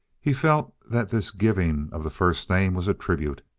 he felt that this giving of the first name was a tribute,